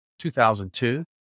2002